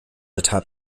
atop